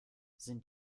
sind